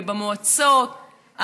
במועצות,